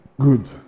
Good